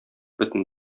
бөтен